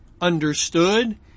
understood